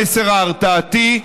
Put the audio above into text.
המסר ההרתעתי,